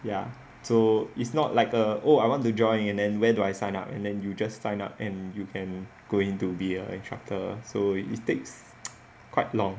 ya so it's not like the oh I want to join in and then where do I sign up and then you just sign up and you can going to be a instructor so it takes quite long